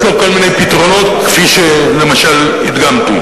לו כל מיני פתרונות כפי שלמשל הדגמתי,